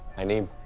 my name.